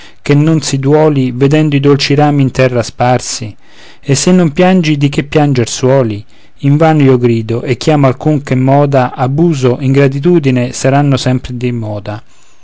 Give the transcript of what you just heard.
che non si duoli vedendo i dolci rami in terra sparsi e se non piangi di che pianger suoli invano io grido e chiamo alcun che m'oda abuso ingratitudine saran sempre di moda